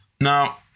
Now